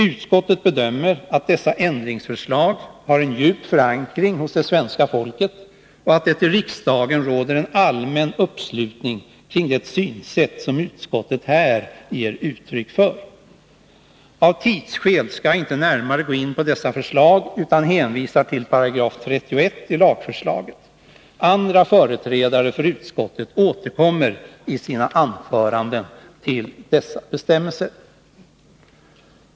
Utskottet bedömer att dessa ändringsförslag har en djup förankring hos det svenska folket och att det i riksdagen råder en allmän uppslutning kring det synsätt som utskottet här ger uttryck för. Av tidsskäl skall jag inte närmare gå in på dessa förslag, utan hänvisar till 31 § i lagförslaget. Andra företrädare för utskottet återkommer i sina anföranden till dessa bestämmelser.